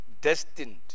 destined